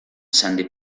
sandy